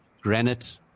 granite